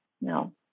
No